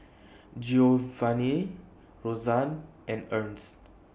Giovanni Rosann and Ernst